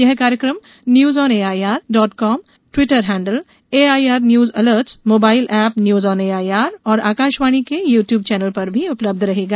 यह कार्यक्रम news on AIR dot com Twitter handle AIR news alerts mobile app news on AIR और आकाशवाणी के YouTube channel पर भी उपलब्ध रहेगा